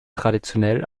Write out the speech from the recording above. traditionell